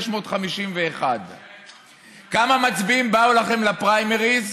96,651. כמה מצביעים באו לכם לפריימריז?